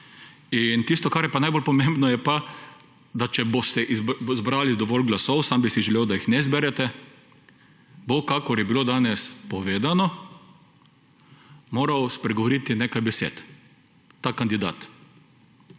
in tisto, kar je najbolj pomembno je pa, da če boste izbrali dovolj glasov – sam bi si želel, da jih ne zberete – bo kakor je bilo danes povedano moral spregovoriti nekaj besed, ta kandidat.